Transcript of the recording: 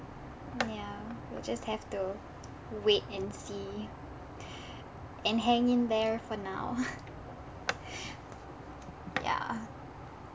ya we'll just have to wait and see and hang in there for now ya